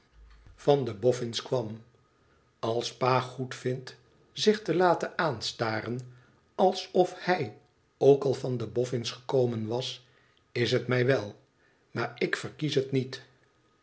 van de boffins kwam als pa goedvindt zich te laten aanstaren alsof hij ook al van de bofüns gekomen was is het mij wel maar ik verkies het niet